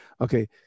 Okay